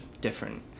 different